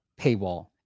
paywall